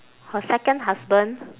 her second husband